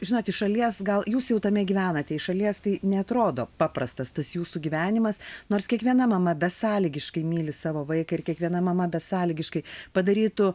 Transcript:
žinot iš šalies gal jūs jau tame gyvenate iš šalies tai neatrodo paprastas tas jūsų gyvenimas nors kiekviena mama besąlygiškai myli savo vaiką ir kiekviena mama besąlygiškai padarytų